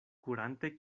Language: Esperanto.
kurante